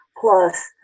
Plus